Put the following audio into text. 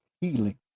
healing